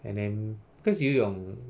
and then because 游泳